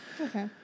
Okay